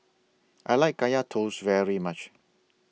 I like Kaya Toast very much